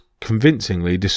convincingly